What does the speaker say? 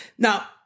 Now